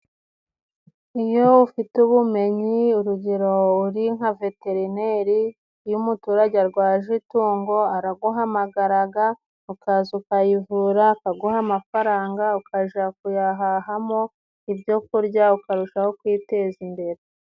Iyo ufite ubumenyi urugero uri nka veterineri, iyo umuturage arwaje itungo araguhamagaraga ukaza ukayivura akaguha amafaranga, ukaja kuyahahamo ibyo kurya ukarushaho kwiteza imbere.